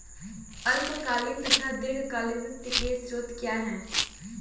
अल्पकालीन तथा दीर्घकालीन वित्त के स्रोत क्या हैं?